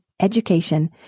education